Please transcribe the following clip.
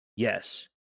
Yes